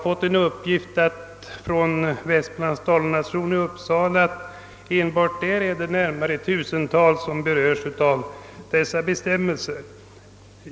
Enligt en uppgift jag har fått är det enbart i Västmanland Dala nation i Uppsala närmare tusentalet som berörs av dessa bestämmelser.